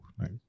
right